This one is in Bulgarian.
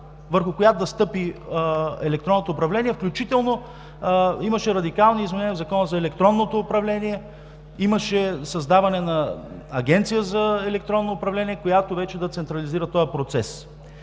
върху която да стъпи електронното управление, включително имаше радикални изменения в Закона за електронното управление, имаше създаване на Агенция за електронно управление, която да централизира този процес.